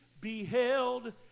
beheld